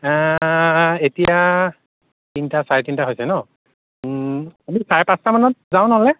এতিয়া তিনিটা চাৰে তিনিটা হৈছে ন আমি চাৰে পাঁচটামানত যাওঁ নহ'লে